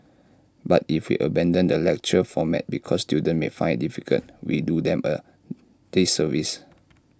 but if we abandon the lecture format because students may find IT difficult we do them A disservice